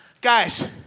Guys